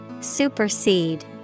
Supersede